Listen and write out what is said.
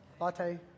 latte